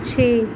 ਛੇ